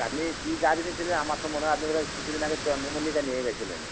তা আপনি কী গাছ নিয়েছিলেন আমার তো মনে হয় আপনি বোধহায় কিছু দিন আগে চন্দ্রমল্লিকা নিয়ে গেছিলেন